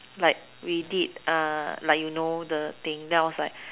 like we did like you know the thing then I was like